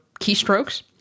keystrokes